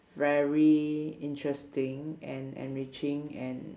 very interesting and enriching and